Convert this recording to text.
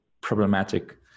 problematic